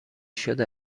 شده